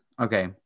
okay